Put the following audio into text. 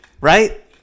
right